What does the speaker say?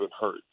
hurt